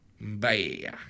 Bye